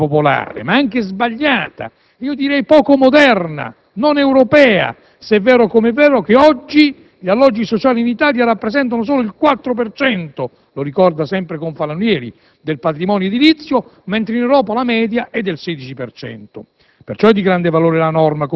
È una politica non solo antipopolare, ma sbagliata, direi poco moderna e non europea, se è vero che oggi gli alloggi sociali in Italia rappresentano solo il 4 per cento (lo ricordava sempre il senatore Confalonieri) del patrimonio edilizio, mentre in Europa la media è del 16